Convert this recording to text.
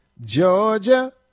Georgia